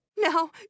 Now